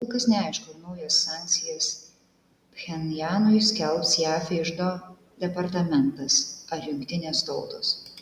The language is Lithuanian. kol kas neaišku ar naujas sankcijas pchenjanui skelbs jav iždo departamentas ar jungtinės tautos